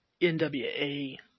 NWA